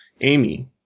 Amy